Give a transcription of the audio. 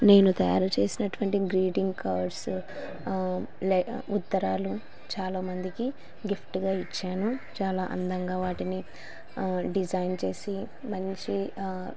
నేను తయారు చేసినటువంటి గ్రీటింగ్ కార్డ్స్ ఉత్తరాలు చాలామందికి గిఫ్ట్గా ఇచ్చాను చాలా అందంగా వాటిని డిజైన్ చేసి మంచి